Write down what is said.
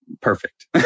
perfect